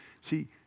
See